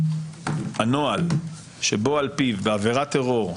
הנוהל שבו על פיו בעבירת טרור,